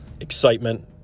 excitement